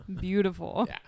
beautiful